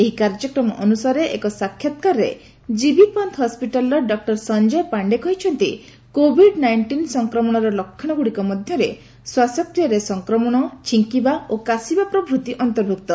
ଏହି କାର୍ଯ୍ୟକ୍ରମ ଅନୁସାରେ ଏକ ସାକ୍ଷାତକାରରେ ଜିବି ପନ୍ତୁ ହସ୍କିଟାଲ୍ର ଡକ୍ର ସଂଜୟ ପାଣ୍ଡେ କହିଛନ୍ତି କୋଭିଡ୍ ନାଇଣ୍ଟିନ୍ ସଂକ୍ରମଣର ଲକ୍ଷଣଗୁଡ଼ିକ ମଧ୍ୟରେ ଶ୍ୱାସକ୍ରିୟାରେ ସଂକ୍ରମଣ ଛିଙ୍କିବା ଓ କାଶିବା ପ୍ରଭୂତି ଅନ୍ତର୍ଭୁକ୍ତ